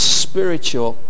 spiritual